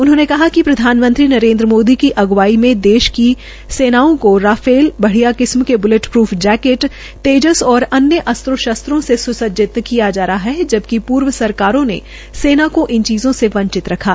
उन्होंने कहा कि प्रधानमंत्री नरेन्द्र मोदी की अगुवाई में देश की सेनाओं को राफेल बप्रिया किस्म की बुलेट प्रफ जैकेट तेजस व अन्य नये अस्त्रों शस्त्रों से सुसज्जित किया जा रहा है जबकि पूर्व सरकारों ने सेना को इन चीजों से वंचित रखा